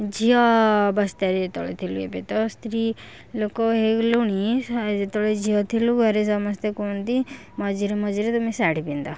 ଝିଅ ଅବସ୍ଥାରେ ଯେତେବେଳେ ଥିଲୁ ଏବେ ତ ସ୍ତ୍ରୀ ଲୋକ ହେଇଗଲୁଣି ଯେତେବେଳେ ଝିଅ ଥିଲୁ ଘରେ ସମସ୍ତେ କୁହନ୍ତି ମଝିରେ ମଝିରେ ତମେ ଶାଢ଼ୀ ପିନ୍ଧ